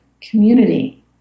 community